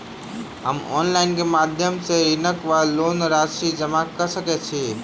हम ऑनलाइन केँ माध्यम सँ ऋणक वा लोनक राशि जमा कऽ सकैत छी?